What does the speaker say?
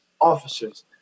officers